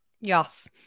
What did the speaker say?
Yes